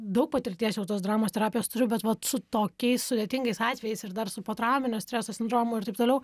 daug patirties jau tos dramos terapijos turiu bet vat su tokiais sudėtingais atvejais ir dar su potrauminio streso sindromu ir taip toliau